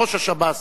ראש השב"ס,